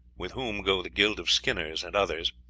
with whom go the guild of skinners and others,